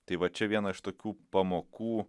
tai va čia viena iš tokių pamokų